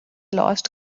lost